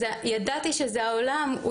ידעתי שזה העולם.